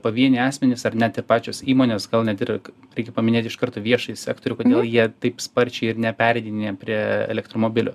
pavieniai asmenys ar net ir pačios įmonės gal net ir reikia paminėt iš karto viešąjį sektorių kodėl jie taip sparčiai ir nepereidinėja prie elektromobilių